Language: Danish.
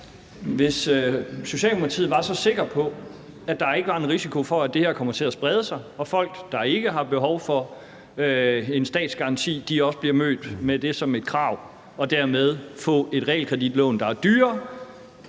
Hvis Socialdemokratiet var så sikker på, at der ikke var nogen risiko for, at det her kommer til at sprede sig, og at folk, der ikke har behov for en statsgaranti, også bliver mødt med det som et krav og dermed får et realkreditlån, der er dyrere